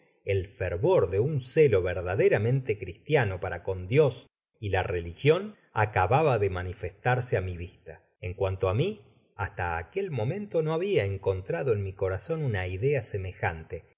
el fervor de uncelo verdaderamente cristiano para con dios y la religion acababa de manifestarse á mi vista en cuanto á mi hasta aquel momento no habia encontrado en mi corazon una idea semejante